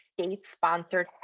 state-sponsored